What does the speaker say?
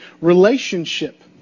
relationship